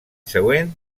següent